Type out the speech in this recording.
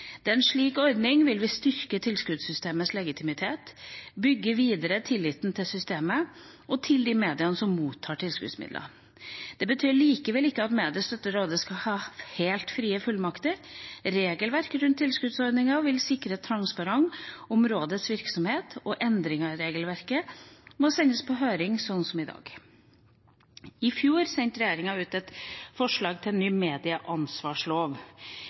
Med en slik ordning vil vi styrke tilskuddssystemets legitimitet og bygge videre på tilliten til systemet og til de mediene som mottar tilskuddsmidler. Det betyr likevel ikke at mediestøtterådet skal ha helt frie fullmakter. Regelverket rundt tilskuddsordningene vil sikre transparens om rådets virksomhet, og endringer i regelverket må sendes på høring, som i dag. I fjor sendte regjeringa ut et forslag til ny medieansvarslov.